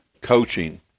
coaching